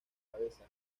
cabeza